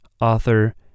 author